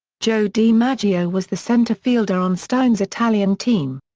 joe dimaggio was the center fielder on stein's italian team.